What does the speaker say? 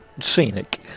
scenic